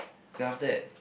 then after that